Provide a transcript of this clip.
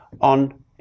on